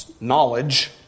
knowledge